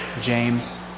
James